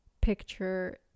picture